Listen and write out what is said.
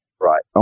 right